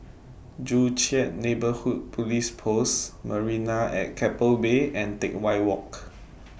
Joo Chiat Neighbourhood Police Post Marina At Keppel Bay and Teck Whye Walk